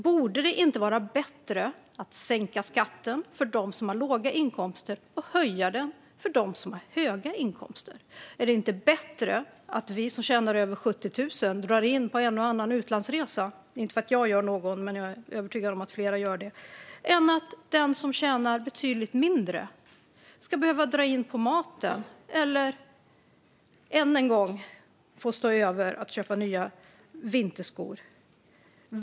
Borde det inte vara bättre att sänka skatten för dem som har låga inkomster och höja den för dem som har höga inkomster? Är det inte bättre att vi som tjänar över 70 000 drar in på en och annan utlandsresa - inte för att jag gör någon, men jag är övertygad om att flera gör det - än att den som tjänar betydligt mindre ska behöva dra in på maten eller än en gång få stå över att köpa nya vinterskor?